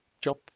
job